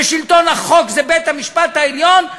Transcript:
ושלטון החוק זה בית-המשפט העליון,